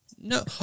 No